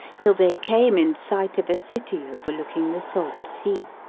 till they came in sight of a city overlooking the salt sea,